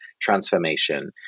transformation